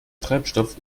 treibstoff